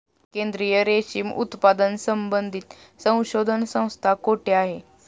केंद्रीय रेशीम उत्पादन संबंधित संशोधन संस्था कोठे आहे?